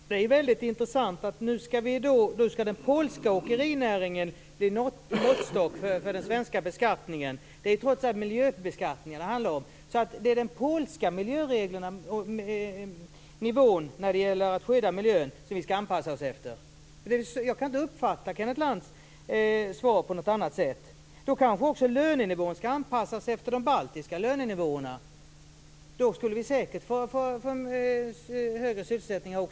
Fru talman! Det är väldigt intressant att den polska åkerinäringen nu skall bli måttstock för den svenska beskattningen. Det är trots allt miljöbeskattningen det handlar om. Det är de polska miljöreglerna och den polska nivån när det gäller att skydda miljön som vi skall anpassa oss efter. Jag kan inte uppfatta Kenneth Lantz svar på något annat sätt. Då kanske också lönenivån skall anpassas efter de baltiska lönenivåerna? Då skulle vi säkert också få högre sysselsättning.